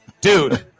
dude